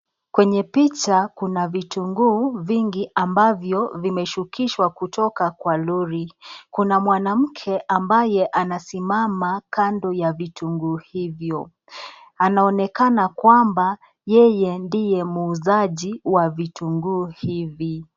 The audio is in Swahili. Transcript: Kwenye picha kuna vitunguu vingi ambavyo vimeshukishwa kutoka kwa lori. Kuna mwanamke ambaye anasimama kando ya vitunguu hivyo. Anaonekana kwamba yeye ndiye muuzaji wa vitunguu hivi.